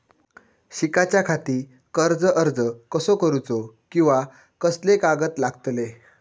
शिकाच्याखाती कर्ज अर्ज कसो करुचो कीवा कसले कागद लागतले?